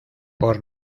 por